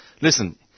listen